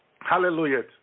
Hallelujah